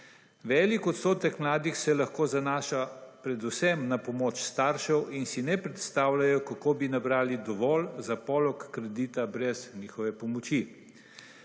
Velik odstotek mladih se lahko zanaša predvsem na pomoč staršev in si ne predstavljajo kako bi lahko nabrali dovolj za polog kredita brez njihove pomoči.